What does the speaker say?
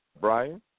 Brian